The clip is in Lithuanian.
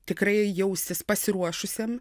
tikrai jaustis pasiruošusiam